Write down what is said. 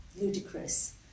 ludicrous